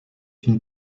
une